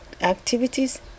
activities